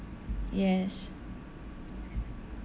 yes